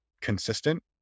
consistent